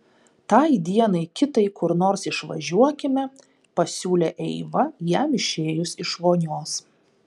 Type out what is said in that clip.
tai dienai kitai kur nors išvažiuokime pasiūlė eiva jam išėjus iš vonios